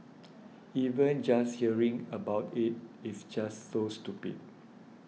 even just hearing about it is just so stupid